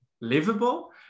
livable